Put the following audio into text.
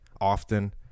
often